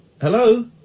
Hello